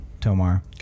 Tomar